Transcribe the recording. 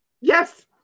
Yes